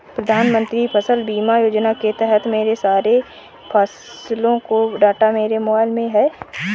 प्रधानमंत्री फसल बीमा योजना के तहत मेरे सारे फसलों का डाटा मेरे मोबाइल में है